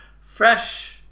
fresh